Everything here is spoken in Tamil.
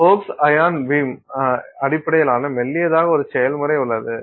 ஃபோகஸ் அயன் பீம் அடிப்படையிலான மெல்லியதாக ஒரு செயல்முறை உள்ளது